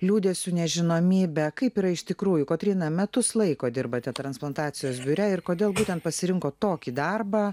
liūdesiu nežinomybe kaip yra iš tikrųjų kotryna metus laiko dirbate transplantacijos biure ir kodėl būtent pasirinkot tokį darbą